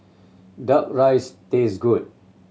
Duck Rice taste good